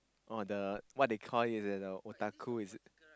oh the what they call it as a otaku is it